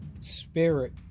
spirit